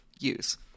use